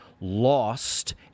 lost